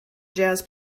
jazz